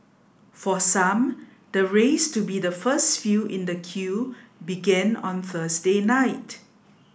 for some the race to be the first few in the queue began on Thursday night